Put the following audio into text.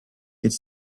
could